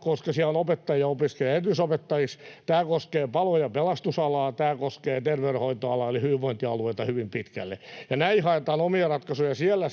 koska siellä on opettajia, jotka opiskelevat erityisopettajiksi, tämä koskee palo- ja pelastusalaa, tämä koskee terveydenhoitoalaa, eli hyvinvointialueita hyvin pitkälle, ja näihin haetaan omia ratkaisuja. Siellä